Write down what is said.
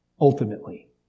ultimately